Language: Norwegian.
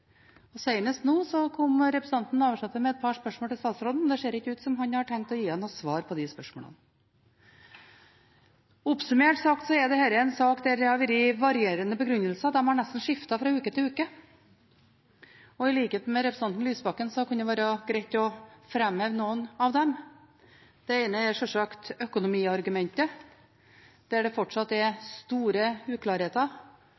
kom representanten Navarsete med et par spørsmål til statsråden, men det ser ikke ut til at han har tenkt å gi henne noen svar på de spørsmålene. Oppsummert er dette en sak der det har vært varierende begrunnelser. De har nesten skiftet fra uke til uke. Og i likhet med representanten Lysbakken mener jeg det kunne vært greit å fremme noen av dem. Det ene er sjølsagt økonomiargumentet, for det er fortsatt